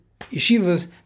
yeshivas